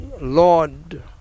Lord